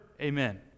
Amen